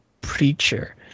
preacher